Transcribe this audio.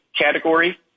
category